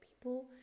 people